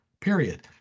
period